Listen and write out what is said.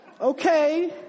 Okay